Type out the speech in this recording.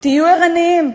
תהיו ערניים,